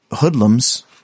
hoodlums